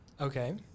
Okay